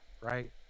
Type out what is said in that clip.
right